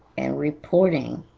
and reporting